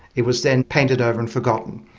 it was then painted over and forgotten.